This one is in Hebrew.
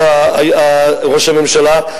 ראש הממשלה,